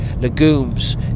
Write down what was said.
legumes